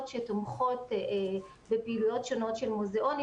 שתומכות בפעילויות שונות של מוזיאונים.